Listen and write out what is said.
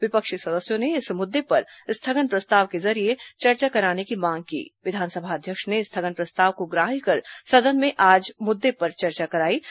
विपक्षी सदस्यों ने इस मुद्दे पर स्थगन प्रस्ताव के जरिये चर्चा कराने की विधानसभा अध्यक्ष ने स्थगन प्रस्ताव को ग्राहय कर सदन में आज इस मुद्दे पर चर्चा कराई मांग की